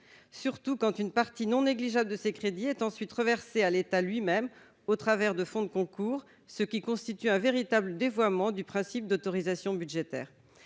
surtout quand une partie non négligeable de ses crédits est ensuite reversée à l'État lui-même au travers de fonds de concours, ce qui constitue un véritable dévoiement du principe d'autorisations budgétaires